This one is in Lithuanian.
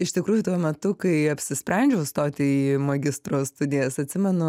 iš tikrųjų tuo metu kai apsisprendžiau stoti į magistro studijas atsimenu